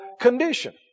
condition